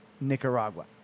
Nicaragua